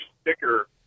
sticker